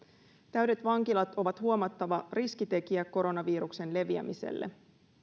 täydet vankilat ovat huomattava riskitekijä koronaviruksen leviämiselle